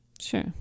sure